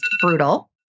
Brutal